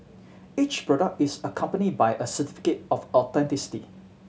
each product is accompanied by a certificate of authenticity